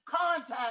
contact